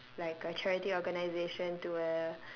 like a charity organization to a